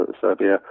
Serbia